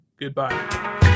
goodbye